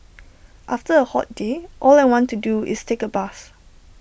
after A hot day all I want to do is take A bath